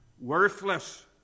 worthless